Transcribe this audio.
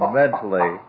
mentally